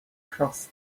across